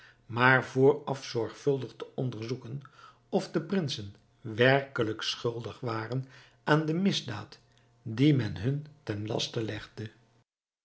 maar vooraf zorgvuldig te onderzoeken of de prinsen werkelijk schuldig waren aan de misdaad die men hun ten laste legde